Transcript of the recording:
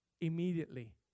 immediately